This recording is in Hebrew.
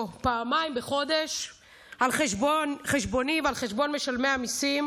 פעמיים בחודש על חשבוני ועל חשבון משלמי המיסים.